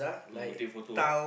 to take photo